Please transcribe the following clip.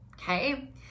Okay